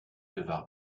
devinrent